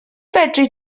fedri